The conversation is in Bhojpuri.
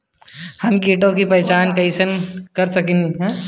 हम कीटों की पहचान कईसे कर सकेनी?